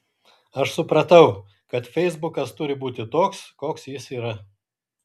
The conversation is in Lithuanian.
aš supratau kad feisbukas turi būti toks koks jis yra